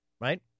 Right